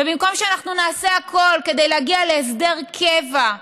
ובמקום שאנחנו נעשה הכול כדי להגיע להסדר קבע,